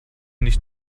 nicht